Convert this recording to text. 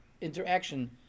interaction